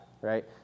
right